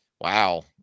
wow